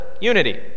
unity